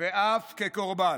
ואף כקורבן.